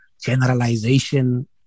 generalization